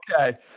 Okay